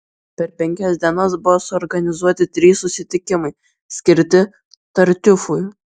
per penkias dienas buvo suorganizuoti trys susitikimai skirti tartiufui